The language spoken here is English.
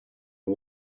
and